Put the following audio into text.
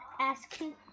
asking